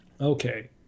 okay